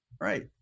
Right